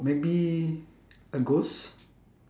maybe a ghost